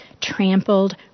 trampled